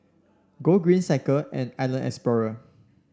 Gogreen Cycle and Island Explorer